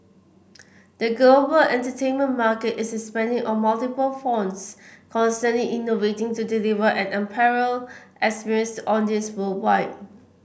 the global entertainment market is expanding on multiple fronts constantly innovating to deliver an unparalleled experience to audiences worldwide